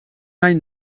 any